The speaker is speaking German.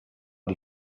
die